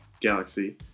galaxy